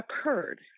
occurred